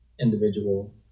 individual